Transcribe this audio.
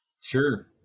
Sure